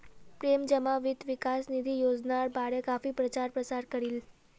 प्रेम जमा वित्त विकास निधि योजनार बारे काफी प्रचार प्रसार करील